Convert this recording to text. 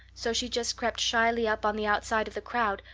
so she just crept shyly up on the outside of the crowd,